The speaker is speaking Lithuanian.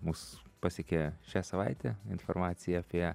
mus pasiekė šią savaitę informaciją apie